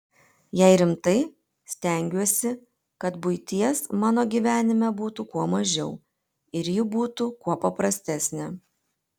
jei rimtai stengiuosi kad buities mano gyvenime būtų kuo mažiau ir ji būtų kuo paprastesnė